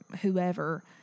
whoever